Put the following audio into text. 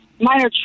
minor